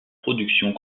productions